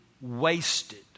wasted